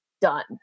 done